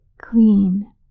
clean